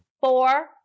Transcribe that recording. Four